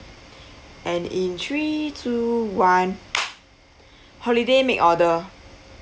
and in three two one holiday make order